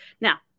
Now